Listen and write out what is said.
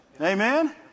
Amen